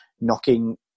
knocking